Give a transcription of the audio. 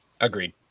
agreed